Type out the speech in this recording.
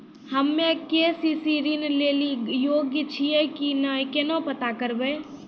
हम्मे के.सी.सी ऋण लेली योग्य छियै की नैय केना पता करबै?